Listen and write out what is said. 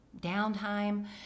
downtime